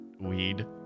weed